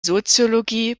soziologie